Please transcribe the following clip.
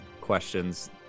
questions